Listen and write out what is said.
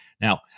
Now